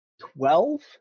twelve